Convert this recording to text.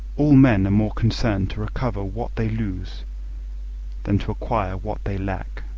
all men are more concerned to recover what they lose than to acquire what they lack.